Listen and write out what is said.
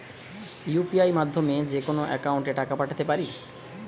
UPI মাধ্যমে যেকোনো একাউন্টে টাকা পাঠাতে পারি?